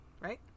right